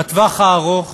בטווח הארוך